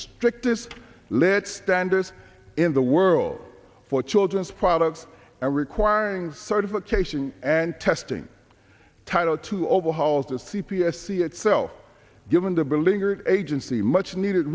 strictest led standards in the world for children's products and requiring certification and testing title to overhaul the c p s see itself given the beleaguered agency much needed